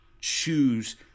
choose